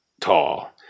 tall